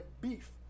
beef